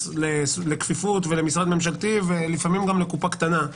לכפיפות ולמשרד ממשלתי ולפעמים לקופה קטנה-